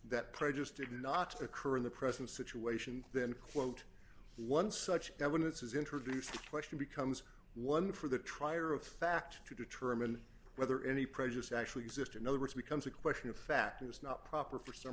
that prejudice did not occur in the present situation then quote one such evidence is introduced question becomes one for the trier of fact to determine whether any prejudice actually exist in other words becomes a question of fact it was not proper for s